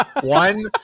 one